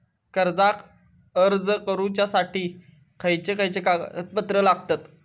कर्जाक अर्ज करुच्यासाठी खयचे खयचे कागदपत्र लागतत